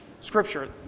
Scripture